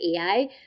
AI